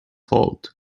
halt